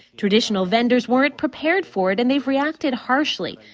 traditional vendors weren't prepared for it and they've reacted harshly.